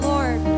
Lord